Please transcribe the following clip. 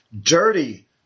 dirty